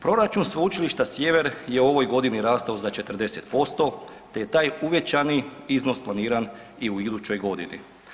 Proračun Sveučilišta Sjever je u ovoj godini rastao za 40% te je taj uvećani iznos planiran i u idućoj godini.